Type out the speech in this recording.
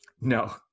No